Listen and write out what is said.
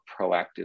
proactive